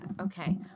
Okay